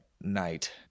night